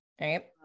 right